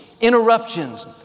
interruptions